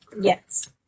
Yes